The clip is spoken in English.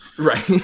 right